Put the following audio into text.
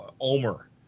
Omer